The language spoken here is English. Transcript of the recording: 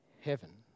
heaven